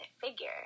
figure